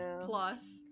Plus